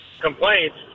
Complaints